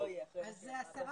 אם הם